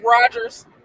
Rogers